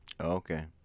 Okay